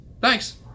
Thanks